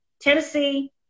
Tennessee